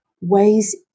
ways